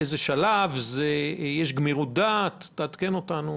באיזה שלב הם והאם יש גמירוּת דעת לגביהם.